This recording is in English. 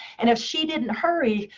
and if she didn't hurry,